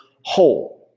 whole